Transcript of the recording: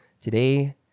today